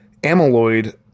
amyloid